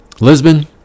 Lisbon